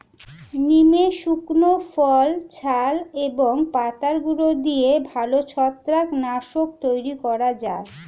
নিমের শুকনো ফল, ছাল এবং পাতার গুঁড়ো দিয়ে ভালো ছত্রাক নাশক তৈরি করা যায়